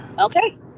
okay